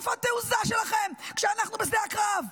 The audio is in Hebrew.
איפה התעוזה שלכם, כשאנחנו בשדה הקרב?